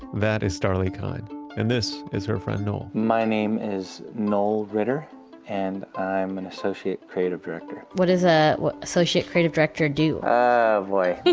that is starlee kine and this is her friend noel my name is noel ritter and i'm an associate creative director. what does ah an associate creative director do? ah oh, boy.